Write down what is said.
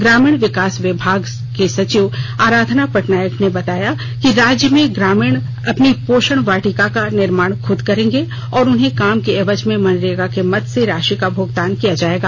ग्रामीण विकास विभाग सचिव अराधना पटनायक ने बताया कि राज्य में ग्रामीण अपनी पोषक वाटिका का निर्माण खुद करेंगे और उन्हें काम के एवज में मनरेगा के मद से राशि का भुगतान किया जायेगा